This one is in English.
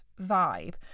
vibe